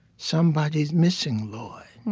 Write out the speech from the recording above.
somebody's missing, lord,